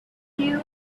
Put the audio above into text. you